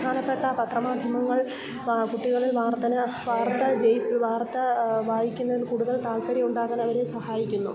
പ്രധാനപ്പെട്ട പത്രമാധ്യമങ്ങൾ കുട്ടികളിൽ വാർത്ത വാർത്ത വായിക്കുന്നതിന് കൂടുതൽ താൽപര്യം ഉണ്ടാകാൻ അവരെ സഹായിക്കുന്നു